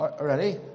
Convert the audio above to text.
Ready